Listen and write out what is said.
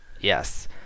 yes